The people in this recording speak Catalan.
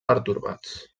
pertorbats